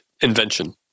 invention